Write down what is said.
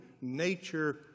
nature